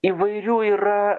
įvairių yra